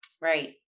Right